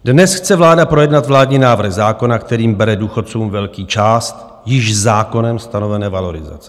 Dnes chce vláda projednat vládní návrh zákona, kterým bere důchodcům velkou část již zákonem stanovené valorizace.